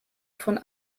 von